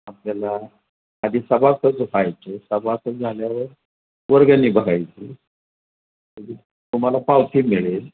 आपल्याला आधी सभासद व्हायचे सभासद झाल्यावर वर्गणी बघायची तुम्हाला पावती मिळेल